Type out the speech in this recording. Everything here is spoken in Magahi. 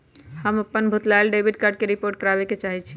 हम अपन भूलायल डेबिट कार्ड के रिपोर्ट करावे के चाहई छी